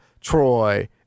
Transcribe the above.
Troy